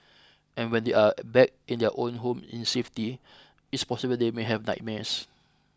and when they are back in their own home in safety it's possible they may have nightmares